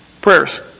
prayers